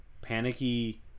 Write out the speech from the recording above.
panicky